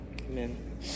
Amen